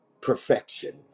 Perfection